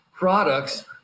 products